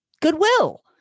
goodwill